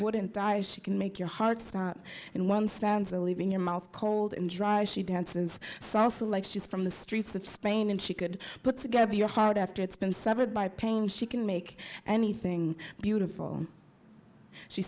wouldn't die she can make your heart stop and one stanza leaving your mouth cold and dry she dances salsa like she's from the streets of spain and she could put together your heart after it's been severed by pain she can make anything beautiful she